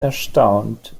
erstaunt